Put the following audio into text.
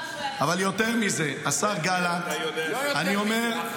אבל יותר מזה, השר גלנט --- לא יותר מזה.